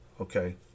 okay